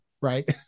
right